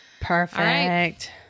perfect